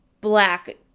black